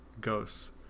Ghosts